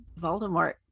voldemort